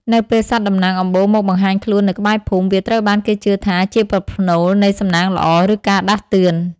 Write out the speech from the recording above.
នៅពេលសត្វតំណាងអំបូរមកបង្ហាញខ្លួននៅក្បែរភូមិ វាត្រូវបានគេជឿថាជាប្រផ្នូលនៃសំណាងល្អ ឬការដាស់តឿន។